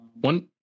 one